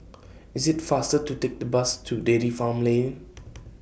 IS IT faster to Take The Bus to Dairy Farm Lane